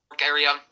area